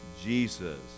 Jesus